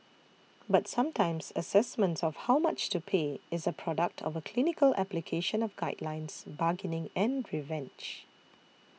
but sometimes assessments of how much to pay is a product of a clinical application of guidelines bargaining and revenge